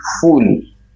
fully